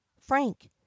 Frank